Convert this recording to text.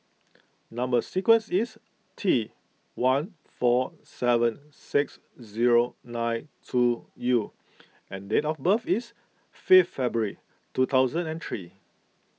Number Sequence is T one four seven six zero nine two U and date of birth is fifth February two thousand and three